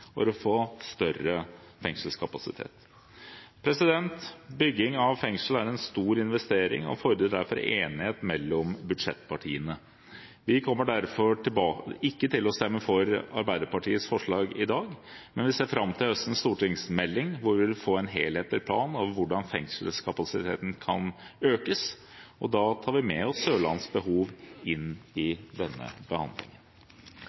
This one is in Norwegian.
for å få større fengselskapasitet. Bygging av fengsel er en stor investering og fordrer derfor enighet mellom budsjettpartiene. Vi kommer derfor ikke til å stemme for Arbeiderpartiets forslag i dag, men vi ser fram til høstens stortingsmelding, hvor vi vil få en helhetlig plan over hvordan fengselskapasiteten kan økes. Da tar vi med oss Sørlandets behov inn i denne behandlingen.